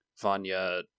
Vanya